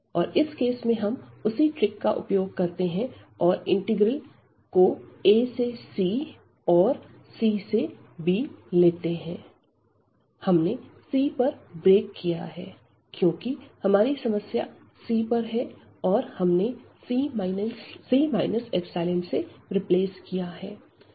और इस केस में हम उसी ट्रिक का उपयोग करते हैं और इंटीग्रल को a से c और c से b लेते हैं हमने c पर ब्रेक किया है क्योंकि हमारी समस्या c पर है और हमने c से रिप्लेस किया है